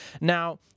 Now